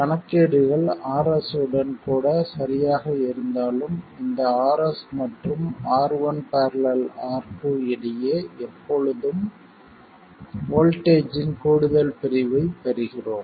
கணக்கீடுகள் Rs உடன் கூட சரியாக இருந்தாலும் இந்த Rs மற்றும் R1 ║ R2 இடையே எப்பொழுதும் வோல்ட்டேஜ் இன் கூடுதல் பிரிவைப் பெறுகிறோம்